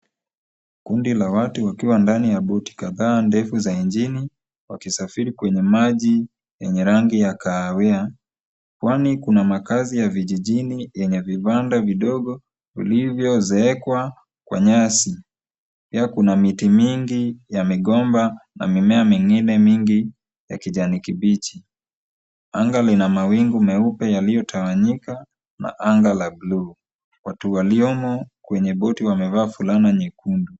Kundi la watu wakiwa ndani ya boti kadhaa ndefu za nchini wakisafiri kwenye maji yenye rangi ya kahawia. Pwani kuna makazi ya vijijini yenye vibanda vidogo vilivyoezekwa kwa nyasi. Pia kuna miti mingi ya migomba na mimea mingine mingi ya kijani kibichi. Anga lina mawingu meupe yaliyotawanyika na anga la bluu. Watu waliomo kwenye boti wamevaa fulana nyekundu.